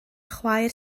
chwaer